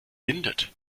windet